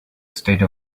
state